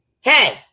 hey